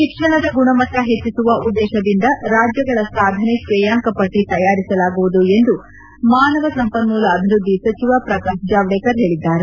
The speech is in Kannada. ಶಿಕ್ಷಣದ ಗುಣಮಟ್ಟ ಹೆಚ್ಚಿಸುವ ಉದ್ದೇಶದಿಂದ ರಾಜ್ಯಗಳ ಸಾಧನೆ ಶ್ರೇಯಾಂಕ ಪಟ್ಟಿ ತಯಾರಿಸಲಾಗುವುದು ಎಂದು ಮಾನವ ಸಂಪನ್ನೂಲ ಅಭಿವೃದ್ದಿ ಸಚಿವ ಪ್ರಕಾಶ್ ಜಾವಡೇಕರ್ ಹೇಳಿದ್ದಾರೆ